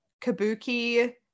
kabuki